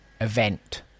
event